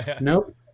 Nope